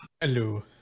Hello